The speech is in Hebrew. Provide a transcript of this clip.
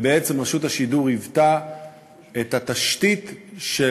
ובעצם רשות השידור היוותה את התשתית של